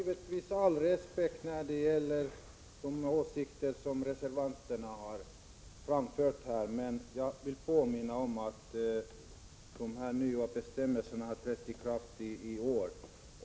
Herr talman! Jag har givetvis all respekt för de åsikter reservanterna har framfört här, men jag vill påminna om att de nya bestämmelserna har trätt i kraft i år.